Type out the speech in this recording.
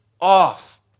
off